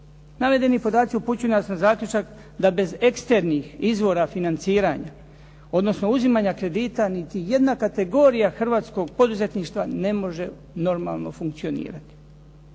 Navedeni podaci upućuju nas na zaključak da bez ekstremnih izvora financiranja, odnosno uzimanja kredita niti jedna kategorija hrvatskog poduzetništva ne može normalno funkcionirati.